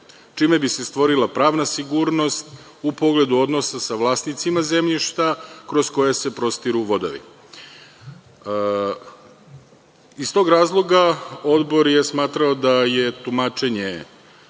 čime bi se stvorila pravna sigurnost u pogledu odnosa sa vlasnicima zemljišta kroz koje se prostiru vodovi. Iz tog razloga Odbor je smatrao da je tumačenje